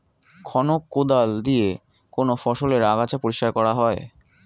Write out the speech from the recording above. খনক কোদাল দিয়ে কোন ফসলের আগাছা পরিষ্কার করা হয়?